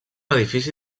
edifici